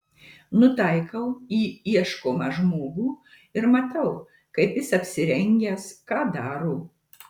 nutaikau į ieškomą žmogų ir matau kaip jis apsirengęs ką daro